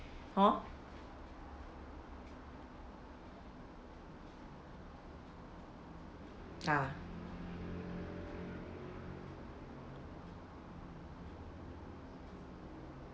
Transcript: hor ha